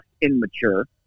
immature